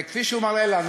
כפי שהוא מראה לנו,